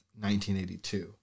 1982